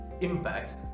impacts